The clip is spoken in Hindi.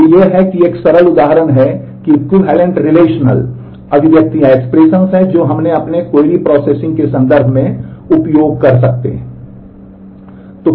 तो ये हैं कि यह एक सरल उदाहरण है कि इक्विवैलेन्ट के संदर्भ में उपयोग कर सकते हैं